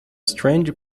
strange